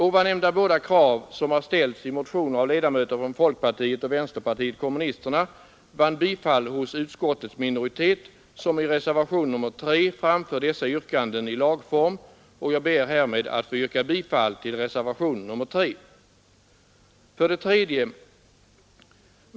Ovannämnda båda krav, som har ställts i motioner av ledamöter från folkpartiet och vänsterpartiet kommunisterna, vann bifall hos utskottets minoritet, som i reservationen 3 framför dessa yrkanden i lagform. Jag ber härmed att få yrka bifall till reservationen 3. 3.